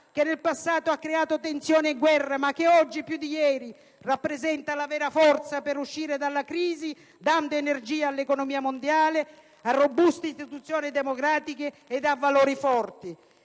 che nel passato ha creato tensioni e guerre, ma che oggi più di ieri rappresenta la vera forza per uscire dalla crisi dando energia all'economia mondiale, a robuste istituzioni democratiche ed a valori forti.